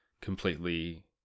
completely